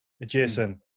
adjacent